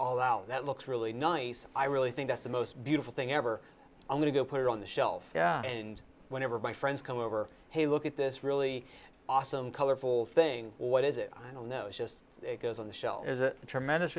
all out that looks really nice i really think that's the most beautiful thing ever i'm going to go put it on the shelf yeah and whenever my friends come over hey look at this really awesome colorful thing what is it i don't know it's just it goes on the shelf is a tremendous